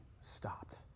stopped